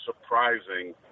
surprising